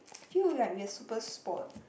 feel like we are super spoilt